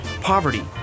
poverty